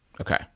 Okay